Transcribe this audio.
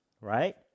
Right